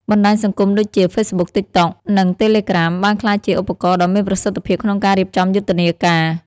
បណ្ដាញសង្គមដូចជា ហ្វេសបុក, តីកតុក, និង តេលេក្រាម បានក្លាយជាឧបករណ៍ដ៏មានប្រសិទ្ធភាពក្នុងការរៀបចំយុទ្ធនាការ។